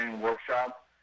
workshop